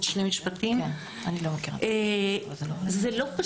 זה לא פשוט.